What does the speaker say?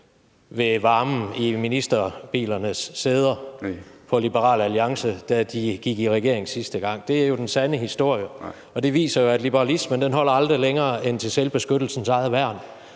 Alliances ministerbilers sæder, da de gik i regering sidste gang. Det er jo den sande historie. Det viser jo, at liberalismen aldrig holder længere end til selvbeskyttelsens eget værn